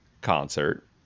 concert